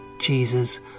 Jesus